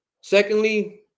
Secondly